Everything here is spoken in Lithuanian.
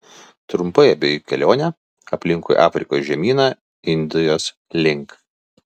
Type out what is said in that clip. trumpai apie jų kelionę aplinkui afrikos žemyną indijos link